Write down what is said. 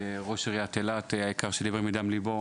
ראש עיריית אילת היקר שדיבר מדם ליבו,